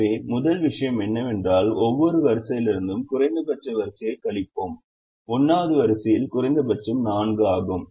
எனவே முதல் விஷயம் என்னவென்றால் ஒவ்வொரு வரிசையிலிருந்தும் குறைந்தபட்ச வரிசையை கழிப்போம் 1 வது வரிசையில் குறைந்தபட்சம் 4 ஆகும்